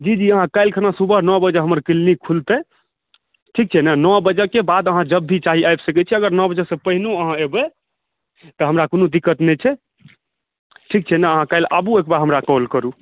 जी जी अहाँ काल्हि खना सुबह नओ बजे हमर क्लिनिक खुलतै ठीक छै ने नओ बजे के बाद अहाँ जब भी चाही आबि सकै छी अगर नओ बजे से पहिनो अहाँ एबै तऽ हमरा कोनो दिक्कत नहि छै ठीक छै ने अहाँ काल्हि खन आबु आबिकऽ कॉल करु